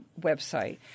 website